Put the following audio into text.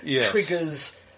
triggers